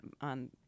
on